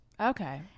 okay